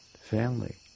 family